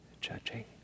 judging